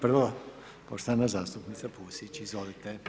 Prvo poštovana zastupnica Pusić, izvolite.